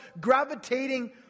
gravitating